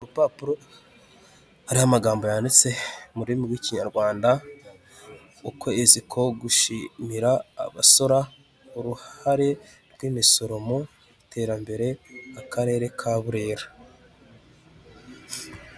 Urupapuro hariho amagambo yanditse mu rurimi rw'Ikinyarwanda ukwezi ko gushimira abasora, uruhare rw'imisoro mu iterambere akarere ka Burera.